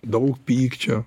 daug pykčio